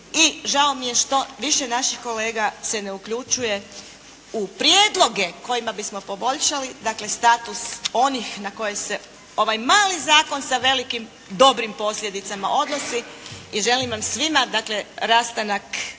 I žao mi je što više naših kolega se ne uključuje u prijedloge kojima bismo poboljšali status onih na koje se ovaj mali zakon sa velikim, dobrim posljedicama odnosi. I želim vam svima rastanak